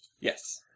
Yes